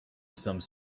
some